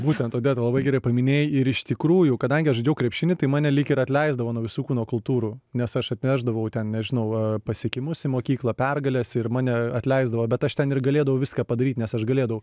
būtent odeta labai gerai paminėjai ir iš tikrųjų kadangi aš žaidžiau krepšinį tai mane lyg ir atleisdavo nuo visų kūno kultūrų nes aš atnešdavau ten nežinau pasiekimus į mokyklą pergales ir mane atleisdavo bet aš ten ir galėdavau viską padaryt nes aš galėdavau